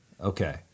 Okay